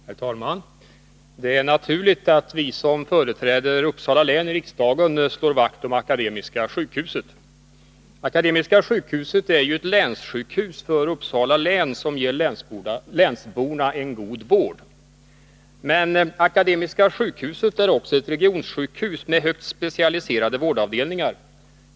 Herr talman! Det är naturligt att vi som företräder Uppsala län i riksdagen slår vakt om Akademiska sjukhuset. Akademiska sjukhuset är ju ett länssjukhus för Uppsala län som ger länsborna en god vård. Men Akademiska sjukhuset är också ett regionsjukhus med högt specialiserade vårdavdelningar.